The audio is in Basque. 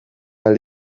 ahal